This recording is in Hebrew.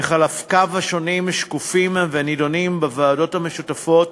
וחלקיו השונים שקופים ונדונים בוועדות המשותפות